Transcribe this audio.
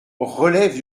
relève